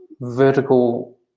vertical